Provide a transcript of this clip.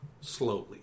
slowly